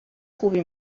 خوبی